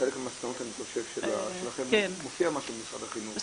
ובחלק מהמסקנות שלכם אני חושב שמופיע משהו על משרד החינוך --- כן,